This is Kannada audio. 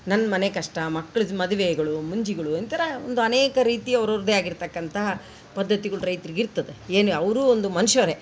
ನನ್ನಮನೆ ಕಷ್ಟ ಮಕ್ಳದ್ದು ಮದುವೆಗಳು ಮುಂಜಿಗಳು ಒಂಥರ ಒಂದು ಅನೇಕ ರೀತಿಯ ಅವ್ರವರದ್ದೆ ಆಗಿರ್ತಕ್ಕಂತಹ ಪದ್ದತಿಗಳ್ ರೈತ್ರಿಗೆ ಇರ್ತದೆ ಏನು ಅವರು ಒಂದು ಮನುಷ್ಯರೆ